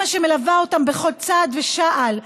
אימא שמלווה אותם בכל צעד ושעל,